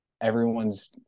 everyone's